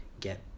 get